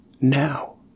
now